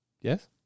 Yes